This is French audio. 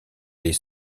les